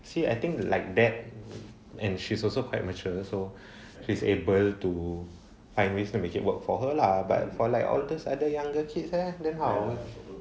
see I think like that and she's also quite mature so she's able to find ways to make it work for her lah but for like elders other younger kids leh then how